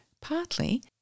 partly